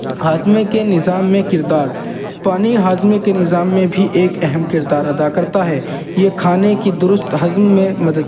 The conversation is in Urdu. ہاضمے کے نظام میں کردار پانی ہاضمے کے نظام میں بھی ایک اہم کردار ادا کرتا ہے یہ کھانے کی درست ہضم میں مدد